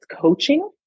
coaching